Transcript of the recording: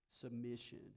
submission